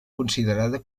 considerada